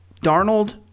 Darnold